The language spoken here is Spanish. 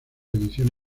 edición